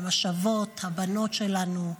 הן השבות, הבנות שלנו.